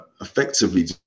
effectively